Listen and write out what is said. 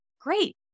great